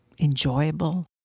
enjoyable